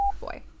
boy